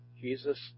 Jesus